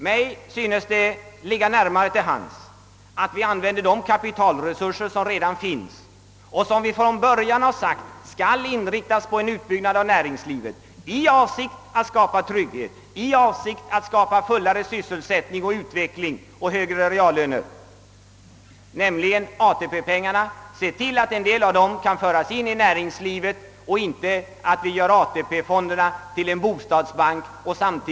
Mig synes det ligga närmare till hands att vi använder de kapitalresurser, som redan finns och som enligt vad vi från början sagt skall inriktas på utbyggnad av näringslivet i avsikt att skapa trygghet, full sysselsättning, snabbare utveckling och högre reallöner, nämligen ATP-pengarna. Vi bör se till att en del av dem kan föras in i näringslivet och att vi inte gör ATP-fonden till enbart en bostadsbank.